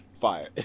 Fire